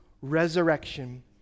resurrection